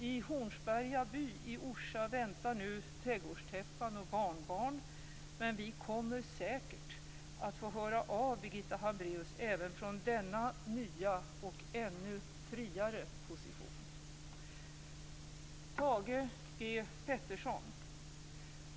I Hornsberga by i Orsa väntar nu trädgårdstäppan och barnbarn, men vi kommer säkert höra av Birgitta Hambraeus även från denna nya och ännu friare position!